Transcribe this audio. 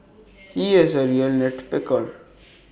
he is A real nit picker